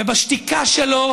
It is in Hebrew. ובשתיקה שלו